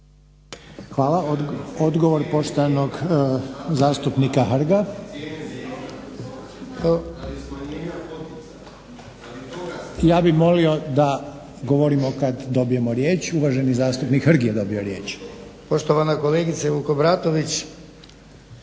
Hvala. Odgovor poštovanog zastupnika Hrga. Ja bih zamolio da govorimo kad dobijemo riječ. Uvaženi zastupnik Hrg je dobio riječ.